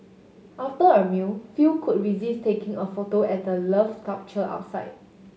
after a meal few could resist taking a photo at the Love sculpture outside